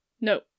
no